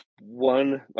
one